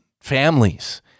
families